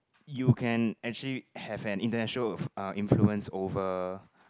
you can actually have an international uh influence over